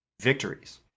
victories